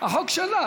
זה החוק שלך.